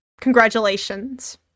Congratulations